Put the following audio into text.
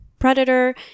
predator